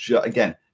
again